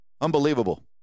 Unbelievable